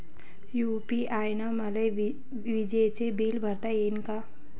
UPI न मले विजेचं बिल भरता यीन का?